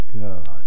God